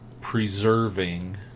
preserving